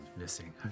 missing